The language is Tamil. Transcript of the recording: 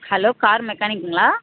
hello car மெக்கானிக்குங்களா